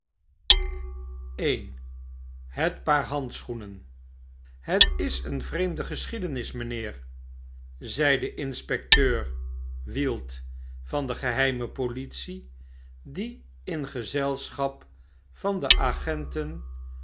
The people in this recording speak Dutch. i het paak handschoenen het is een vreemde geschiedenis mynheer zeide inspecteur wield van de geheimepolitie die in gezelschap van de agenten